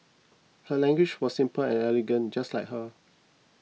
her language was simple and elegant just like her